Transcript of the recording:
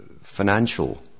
financial